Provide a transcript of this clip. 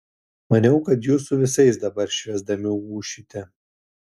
maniau kad jūs su visais dabar švęsdami ūšite